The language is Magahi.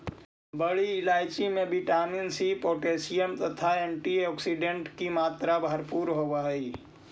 बड़ी इलायची में विटामिन सी पोटैशियम तथा एंटीऑक्सीडेंट की मात्रा भरपूर होवअ हई